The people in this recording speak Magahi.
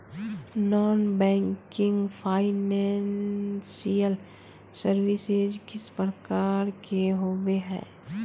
नॉन बैंकिंग फाइनेंशियल सर्विसेज किस प्रकार के होबे है?